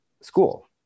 school